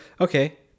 okay